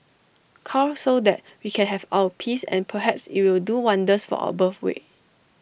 cull so that we can have our peace and perhaps it'll do wonders for our birthrate